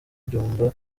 byumba